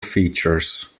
features